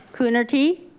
coonerty?